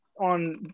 on